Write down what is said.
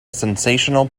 sensational